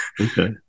Okay